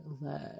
love